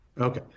Okay